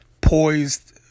poised